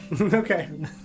Okay